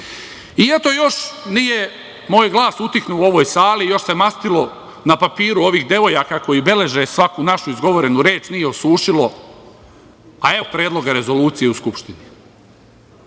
predlog. Još nije moj glas utihnuo u ovoj sali, još se mastilo na papiru ovih devojaka, koje beleže svaku našu izgovorenu reč, nije osušilo, a evo predloga rezolucije u Skupštini,